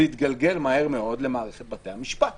זה יתגלגל מהר מאוד למערכת בתי המשפט